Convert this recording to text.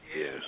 Yes